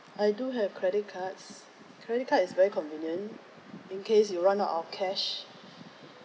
I do have credit cards credit card is very convenient in case you run out of cash